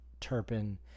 Turpin